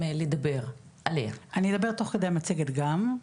לדבר --- אני אדבר תוך כדי המצגת גם,